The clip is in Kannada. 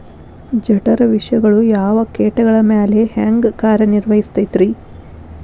ಜಠರ ವಿಷಗಳು ಯಾವ ಕೇಟಗಳ ಮ್ಯಾಲೆ ಹ್ಯಾಂಗ ಕಾರ್ಯ ನಿರ್ವಹಿಸತೈತ್ರಿ?